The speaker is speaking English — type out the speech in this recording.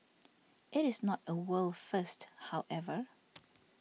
it is not a world first however